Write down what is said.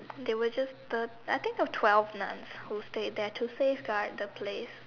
they were just the I think there was twelve nuns who stayed there to safeguard the place